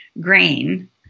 grain